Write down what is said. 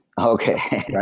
Okay